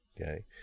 okay